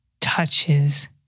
touches